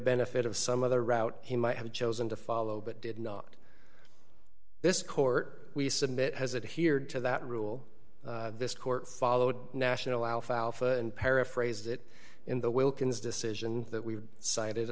benefit of some other route he might have chosen to follow but did not this court we submit has it here to that rule d this court followed national alfalfa and paraphrased it in the wilkins decision